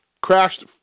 Crashed